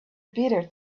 bitter